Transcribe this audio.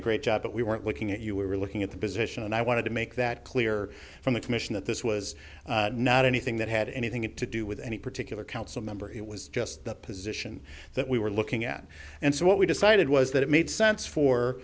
a great job but we weren't looking at you we were looking at the position and i wanted to make that clear from the commission that this was not anything that had anything to do with any particular council member it was just the position that we were looking at and so what we decided was that it made sense for